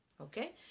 Okay